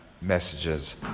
messages